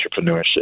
entrepreneurship